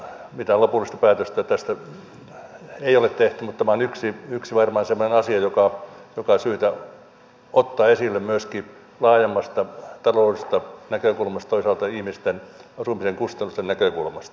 mitään lopullista päätöstä tästä ei ole tehty mutta tämä on varmaan yksi semmoinen asia joka on syytä ottaa esille myöskin laajemmasta taloudellisesta näkökulmasta toisaalta ihmisten asumisen kustannusten näkökulmasta